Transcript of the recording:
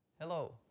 Hello